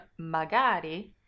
Magari